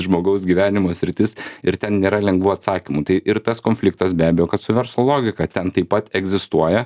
žmogaus gyvenimo sritis ir ten nėra lengvų atsakymų tai ir tas konfliktas be abejo kad su verslo logika ten taip pat egzistuoja